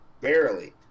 barely